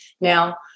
Now